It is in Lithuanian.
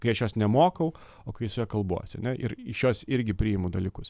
kai aš jos nemokau o kai su ja kalbuosi ane ir iš jos irgi priimu dalykus